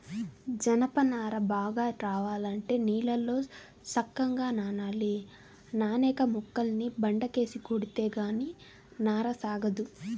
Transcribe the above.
జనప నార బాగా రావాలంటే నీళ్ళల్లో సక్కంగా నానాలి, నానేక మొక్కల్ని బండకేసి కొడితే గానీ నార సాగదు